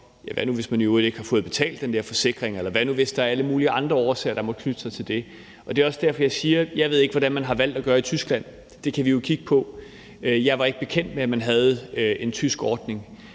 Hvad nu, hvis man i øvrigt ikke har fået betalt den der forsikring, eller hvad nu, hvis der er alle mulige andre årsager, der måtte knytte sig til det? Det er også derfor, jeg siger, at jeg ikke ved, hvordan man har valgt at gøre det i Tyskland. Det kan vi jo kigge på. Jeg var ikke bekendt med, at man havde en tysk ordning,